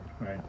Right